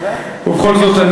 ובכל זאת,